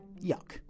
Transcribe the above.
yuck